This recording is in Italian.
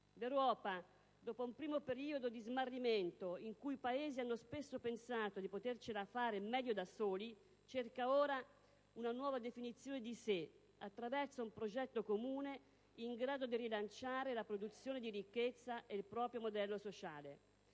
L'Europa, dopo un primo periodo di smarrimento, in cui i Paesi hanno spesso pensato di potercela fare meglio da soli, cerca ora una nuova definizione di sé attraverso un progetto comune in grado di rilanciare la produzione di ricchezza e il proprio modello sociale.